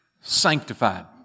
sanctified